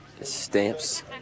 Stamps